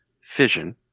fission